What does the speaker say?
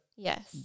Yes